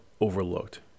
overlooked